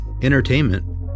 entertainment